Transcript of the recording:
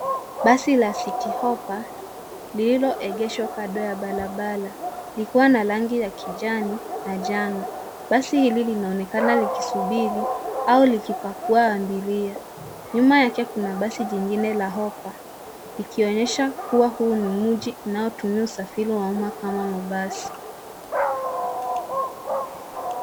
Basi la Citi Hoppa lililoegeshwa kando ya barabara likiwa na rangi ya kijani na njano . Basi hili linaonekana likisubiri au likipakua abiria. Nyuma yake kuna basi jingine la Hoppa likionyesha kuwa huu ni mji unaotumia usafiri wa umma kama mabasi.